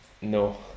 no